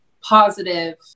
positive